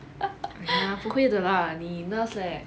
!aiya! 不会的 lah 你 nurse leh